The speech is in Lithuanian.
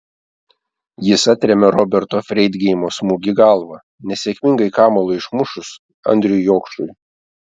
jis atrėmė roberto freidgeimo smūgį galva nesėkmingai kamuolį išmušus andriui jokšui